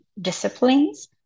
disciplines